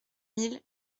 mille